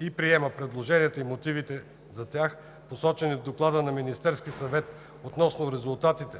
и приема предложенията и мотивите за тях, посочени в доклада на Министерския съвет относно резултатите